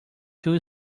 too